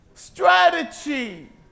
Strategy